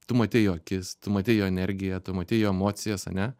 tu matei jo akis tu matei jo energiją tu matei jo emocijas ane